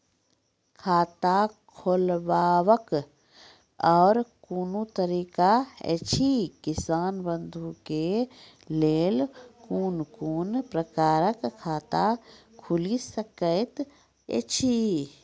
खाता खोलवाक आर कूनू तरीका ऐछि, किसान बंधु के लेल कून कून प्रकारक खाता खूलि सकैत ऐछि?